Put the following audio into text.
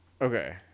Okay